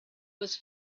was